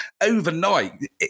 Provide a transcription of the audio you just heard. overnight